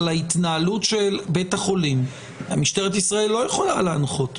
על ההתנהלות של בית החולים משטרת ישראל לא יכולה להנחות.